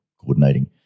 coordinating